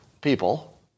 people